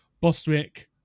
Bostwick